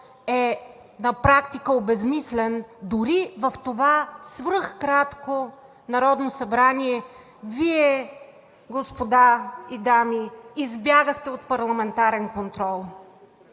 е на практика обезсмислен. Дори в това свръхкратко Народно събрание, Вие, господа и дами, избягахте от парламентарен контрол.